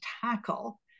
tackle